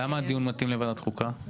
למה הדיון מתאים לוועדת חוקה?